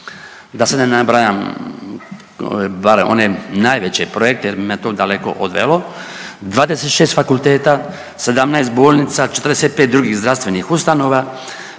da sad ne nabrajam bar one najveće projekte jer bi me to daleko odvelo, 26 fakulteta, 17 bolnica, 45 drugih zdravstvenih ustanova,